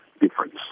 difference